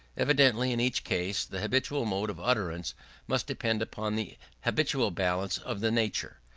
evidently in each case the habitual mode of utterance must depend upon the habitual balance of the nature.